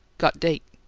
got date.